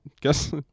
guess